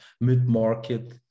mid-market